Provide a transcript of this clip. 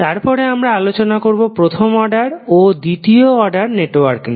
তারপরে আমরা আলোচনা করবো প্রথম অর্ডার ও দ্বিতীয় অর্ডার নেটওয়ার্ক নিয়ে